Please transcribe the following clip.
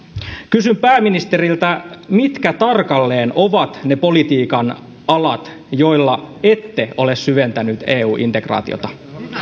kysyn pääministeriltä mitkä tarkalleen ovat ne politiikan alat joilla ette ole syventänyt eu integraatiota